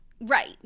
Right